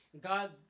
God